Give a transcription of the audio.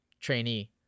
trainee